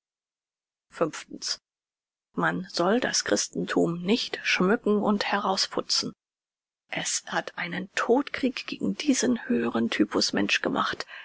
man soll das christenthum nicht schmücken und herausputzen es hat einen todkrieg gegen diesen höheren typus mensch gemacht